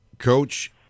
coach